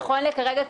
נכון לרגע זה,